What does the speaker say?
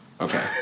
Okay